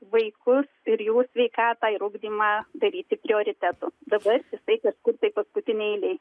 vaikus ir jų sveikatą ir ugdymą daryti prioritetu dabar jis kažkur tai paskutinėj eilėj